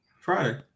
Friday